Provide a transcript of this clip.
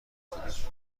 بودیم